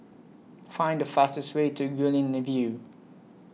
Find The fastest Way to Guilin The View